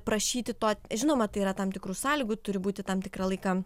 prašyti to žinoma tai yra tam tikrų sąlygų turi būti tam tikrą laiką